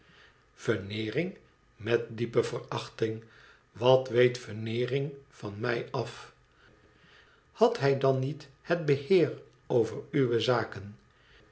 veneering met diepe verachting wat weet veneering vaa mij af had hij dan niet het beheer over uwe zaken